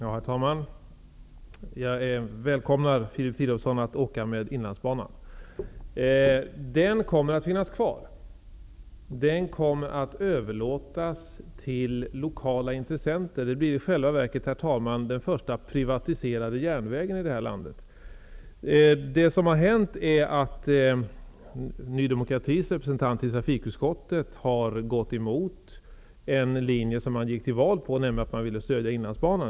Herr talman! Jag välkomnar Filip Fridolfsson att åka med Inlandsbanan. Den kommer att finnas kvar och att överlåtas till lokala intressenter. Den blir i själva verket, herr talman, den första privatiserade järnvägen i det här landet. Det som har hänt är att Ny demokratis representanter i trafikutskottet har gått emot den linje som Ny Demokrati gick till val på, nämligen att stödja Inlandsbanan.